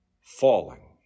falling